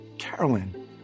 Carolyn